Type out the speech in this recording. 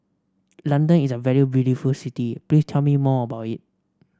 London is a very beautiful city please tell me more about it